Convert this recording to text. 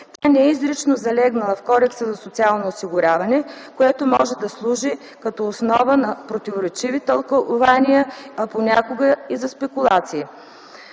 Тя не е изрично залегнала в Кодекса за социално осигуряване, което може да служи като основа на противоречиви тълкувания, а понякога и за спекулации.